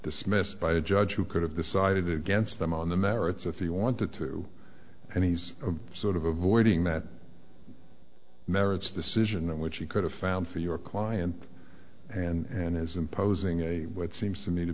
dismissed by a judge who could have decided against them on the merits if he wanted to and he's sort of avoiding that marriage decision which he could have found for your client and is imposing a what seems to me to